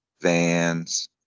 Vans